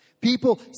People